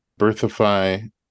birthify